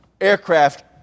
aircraft